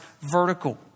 vertical